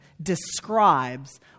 describes